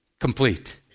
complete